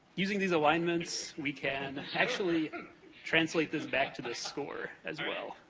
using these alignments, we can actually translate this back to the score as well.